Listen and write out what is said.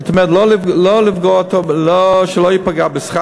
זאת אומרת שהוא לא ייפגע בשכר,